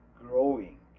growing